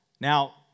now